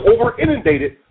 over-inundated